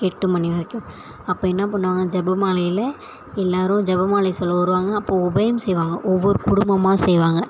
எட்டு மணி வரைக்கும் அப்போ என்ன பண்ணுவாங்க ஜெபமாலையில எல்லோரும் ஜெபமாலை சொல்ல வருவாங்க அப்போ உபயம் செய்வாங்க ஒவ்வொரு குடும்பமாக செய்வாங்க